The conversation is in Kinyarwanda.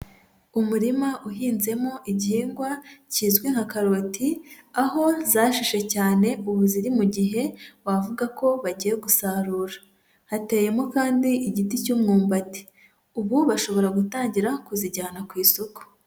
Umurima uhinzemo igihingwa kizwi nka karoti, aho zashishe cyane ubu ziri mu gihe wavuga ko bagiye gusarura, hateyemo kandi igiti cy'umwumbati, ubu bashobora gutangira kuzijyana ku isoko.